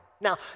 Now